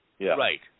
Right